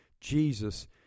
Jesus